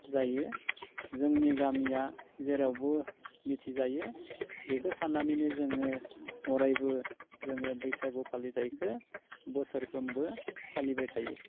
जायो जोंनि गामिया जेरावबो मिथिजायो बेखो साननानैनो जोङो अरायबो जोङो बैसागु फालिथायखो बोसोरफ्रोमबो फालिबाय थायो